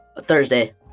Thursday